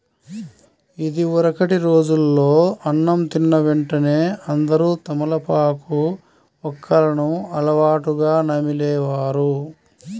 ఇదివరకటి రోజుల్లో అన్నం తిన్న వెంటనే అందరూ తమలపాకు, వక్కలను అలవాటుగా నమిలే వారు